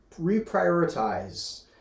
reprioritize